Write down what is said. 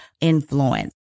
influence